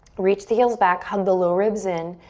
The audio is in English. reach the heels back, hug the low ribs in.